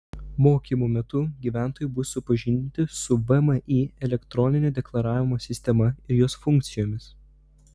mokymų metu gyventojai bus supažindinti su vmi elektroninio deklaravimo sistema ir jos funkcijomis